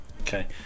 Okay